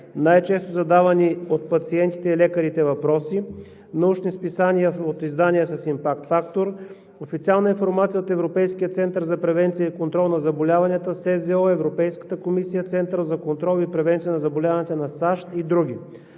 най-често задавани от пациентите и лекарите въпроси; научни списания от издания с инпакт фактор; официална информация от Европейския център за превенция и контрол на заболяванията, Световната здравна организация, Европейската комисия, Центъра за контрол и превенция на заболяванията на САЩ и други,